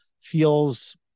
feels